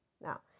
Now